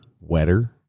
wetter